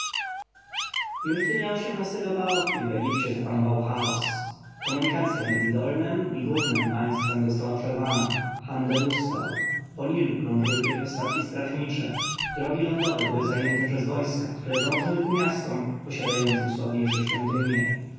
już dnia go parowy w egipcie zapanował chaos komunikacja między dolnem i górnem państwem została przerwana handel ustał po nilu krążyły tylko statki strażnicze drogi lądowe były zajęte przez wojska które dążyły ku miastom posiadającym sławniejsze świątynie